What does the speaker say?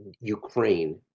ukraine